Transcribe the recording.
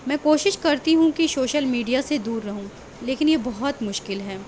میں کوشش کرتی ہوں کہ شوشل میڈیا سے دور رہوں لیکن یہ بہت مشکل ہے